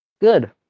Good